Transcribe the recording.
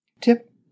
Tip